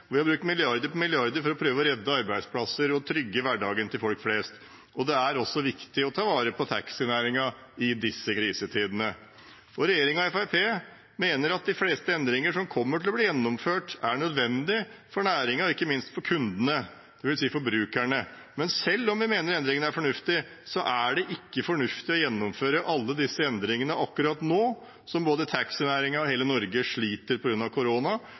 Vi har brukt milliarder på milliarder for å prøve å redde arbeidsplasser og trygge hverdagen til folk flest. Det er også viktig å ta vare på taxinæringen i disse krisetidene. Regjeringen og Fremskrittspartiet mener at de fleste endringer som kommer til å bli gjennomført, er nødvendige for næringen og ikke minst for kundene, dvs. forbrukerne. Men selv om vi mener endringene er fornuftige, er det ikke fornuftig å gjennomføre alle disse endringene akkurat nå som både taxinæringen og hele Norge sliter på grunn av korona,